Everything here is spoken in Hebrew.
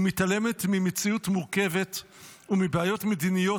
ומתעלמת ממציאות מורכבת ומבעיות מדיניות,